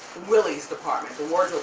willy's department, the wardrobe